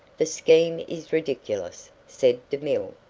the scheme is ridiculous, said demille,